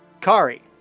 kari